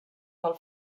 del